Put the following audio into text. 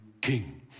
King